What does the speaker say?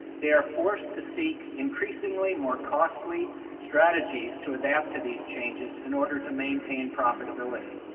they are forced to seek increasingly more costly strategies to adapt to these changes in order to maintain profitability.